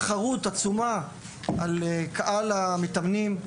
תחרות עצומה על קהל המתאמנים.